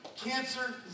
cancer